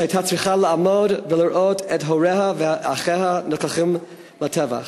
שהייתה צריכה לעמוד ולראות את הוריה ואחיה נלקחים לטבח,